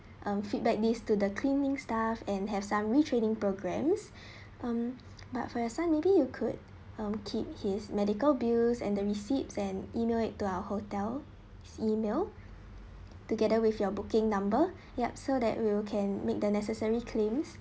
um feedback these to the cleaning staff and have some retraining programs um but for your son maybe you could keep his medical bills and receipts and email it to our hotel email together with your booking number yup so that we can make the necessary claims